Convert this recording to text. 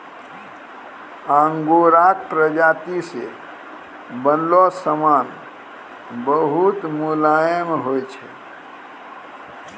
आंगोराक प्राजाती से बनलो समान बहुत मुलायम होय छै